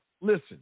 Listen